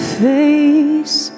face